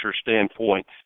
standpoint